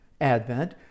Advent